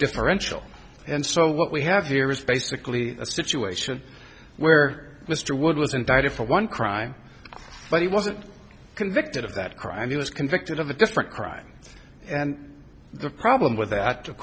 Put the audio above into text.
differential and so what we have here is basically a situation where mr wood was indicted for one crime but he wasn't convicted of that crime he was convicted of a different crime and the problem with that